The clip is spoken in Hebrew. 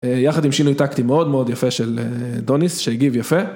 יחד עם שינוי טקטי מאוד מאוד יפה של דוניס שהגיב יפה.